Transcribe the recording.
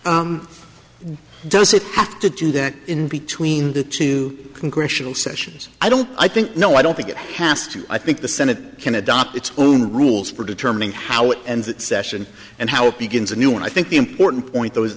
does it have to do that in between the two congressional sessions i don't i think no i don't think it has to i think the senate can adopt its own rules for determining how it ends that session and how it begins anew and i think the important point tho